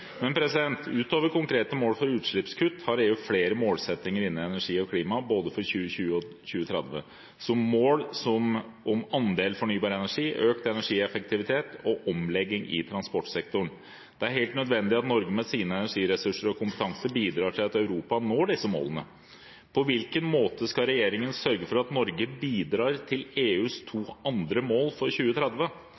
Men utover konkrete mål for utslippskutt har EU flere målsettinger innen energi og klima, både for 2020 og 2030, som mål om andel fornybar energi, økt energieffektivitet og omlegging i transportsektoren. Det er helt nødvendig at Norge med sine energiressurser og kompetanse bidrar til at Europa når disse målene. På hvilken måte skal regjeringen sørge for at Norge bidrar til EUs to andre mål for 2030,